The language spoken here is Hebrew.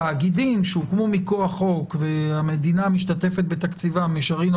תאגידים שהוקמו מכוח חוק והמדינה משתתפת בתקציבם כפי שראינו,